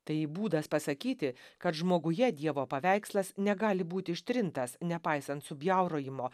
tai būdas pasakyti kad žmoguje dievo paveikslas negali būti ištrintas nepaisant subjaurojimo